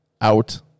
out